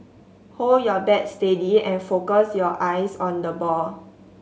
hold your bat steady and focus your eyes on the ball